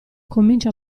comincia